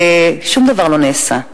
ושום דבר לא נעשה,